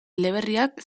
eleberriak